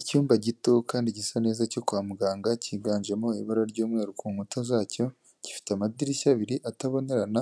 icyumba gito kandi gisa neza cyo kwa muganga cyiganjemo ibara ry'umweru ku nkuta zacyo, gifite amadirishya abiri atabonerana,